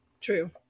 True